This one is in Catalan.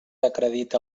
acredita